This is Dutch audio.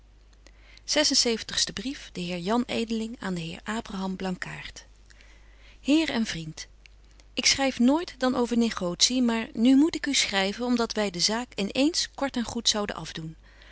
brief de heer jan edeling aan den heer abraham blankaart heer en vriend ik schryf nooit dan over negotie maar nu moet ik u schryven om dat wy de zaak in eens kort en goed zouden afdoen